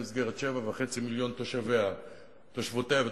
במסגרת 7.5 מיליון תושבותיה ותושביה,